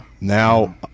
Now